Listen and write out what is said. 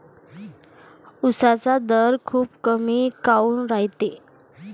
उसाचा दर खूप कमी काऊन रायते?